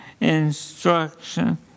instruction